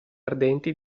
ardenti